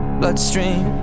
bloodstream